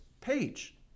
page